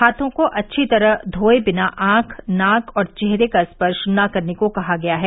हाथों को अच्छी तरह धोए बिना आंख नाक और चेहरे का स्पर्श न करने को कहा गया है